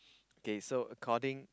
okay so according